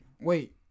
Wait